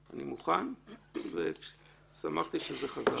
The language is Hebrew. אני מוכן ושמחתי שזה חזר אליי.